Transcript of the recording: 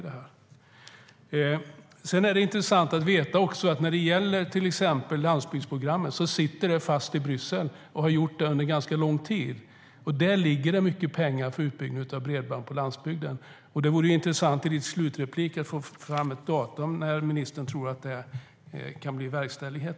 Det är också intressant att veta att landsbygdsprogrammet sitter fast i Bryssel och har gjort det under ganska lång tid. Där ligger mycket pengar för utbyggnaden av bredband på landsbygden. Det vore intressant om ministern i sin slutreplik kan komma med ett datum för när ministern tror att det här kan verkställas.